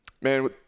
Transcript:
man